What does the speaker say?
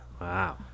Wow